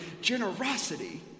generosity